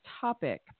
topic